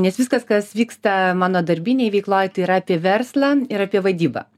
nes viskas kas vyksta mano darbinėj veikloj tai yra apie verslą ir apie vadybą